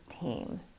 team